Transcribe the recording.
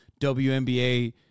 WNBA